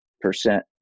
percent